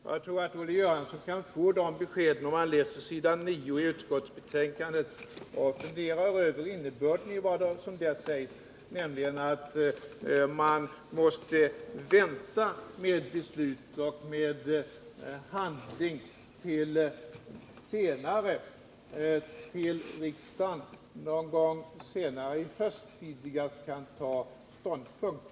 Herr talman! Jag tror att Olle Göransson kan få besked, om han läser s. 9 i utskottsbetänkandet och funderar över innebörden i vad som där sägs. Där står det nämligen att man måste vänta med beslut och handling tills riksdagen någon gång i höst kan ta ståndpunkt.